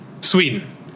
Sweden